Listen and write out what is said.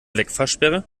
wegfahrsperre